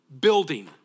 building